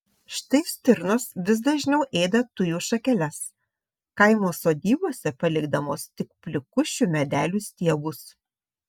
štai stirnos vis dažniau ėda tujų šakeles kaimo sodybose palikdamos tik plikus šių medelių stiebus